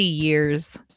years